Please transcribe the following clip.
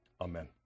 Amen